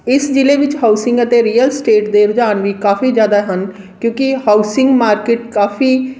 ਇਸ ਜ਼ਿਲ੍ਹੇ ਵਿੱਚ ਹਾਊਸਿੰਗ ਅਤੇ ਰੀਅਲ ਸਟੇਟ ਦੇ ਰੁਝਾਨ ਵੀ ਕਾਫੀ ਜ਼ਿਆਦਾ ਹਨ ਕਿਉਂਕਿ ਹਾਊਸਿੰਗ ਮਾਰਕੀਟ ਕਾਫੀ